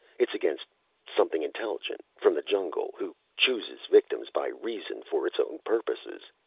it's against something intelligent. from the jungle. who chooses victims by reason for its own purposes.